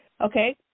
Okay